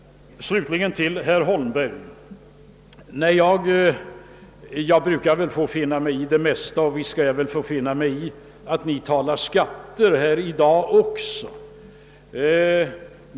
Så några ord till herr Holmberg. Jag brukar få finna mig i det mesta, och visst skall jag finna mig i att ni diskuterar skatter även i dag.